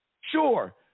Sure